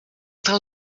tell